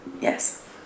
Yes